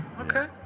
Okay